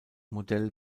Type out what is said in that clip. modell